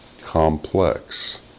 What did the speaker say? complex